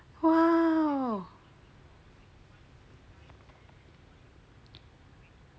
!wow!